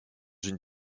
une